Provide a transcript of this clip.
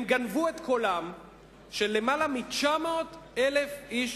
הם גנבו את קולותיהם של יותר מ-900,000 איש